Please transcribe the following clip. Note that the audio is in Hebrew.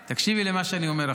אימאן, תקשיבי למה שאני אומר עכשיו.